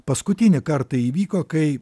paskutinį kartą įvyko kai